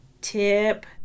tip